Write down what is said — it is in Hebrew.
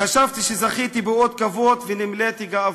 חשבתי שזכיתי באות כבוד ונמלאתי גאווה.